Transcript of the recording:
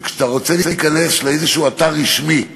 שכשאתה רוצה להיכנס לאיזשהו אתר רשמי יהודי,